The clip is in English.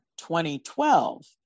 2012